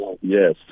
Yes